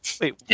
Wait